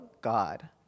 God